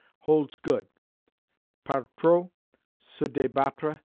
holds good par trop se debattre,